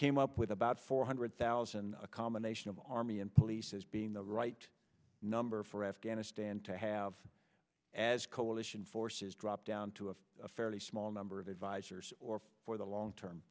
came up with about four hundred thousand a combination of army and police as being the right number for afghanistan to have as coalition forces dropped down to a fairly small number of advisors or for the long term